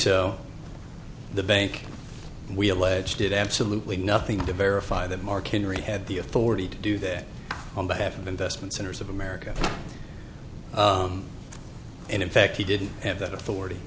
so the bank we alleged did absolutely nothing to verify that marken really had the authority to do that on behalf of investment centers of america and in fact he didn't have that authority